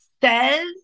says